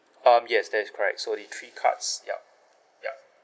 um yes that is correct so the three cards yup yup